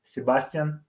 Sebastian